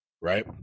right